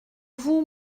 vous